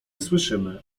słyszymy